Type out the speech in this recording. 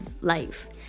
life